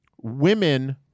women